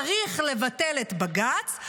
צריך לבטל את בג"ץ,